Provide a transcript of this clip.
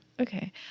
Okay